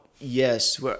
yes